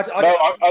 No